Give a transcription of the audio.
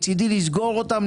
מצדי לסגור אותם,